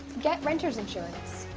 get renters insurance.